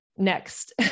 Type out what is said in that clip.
next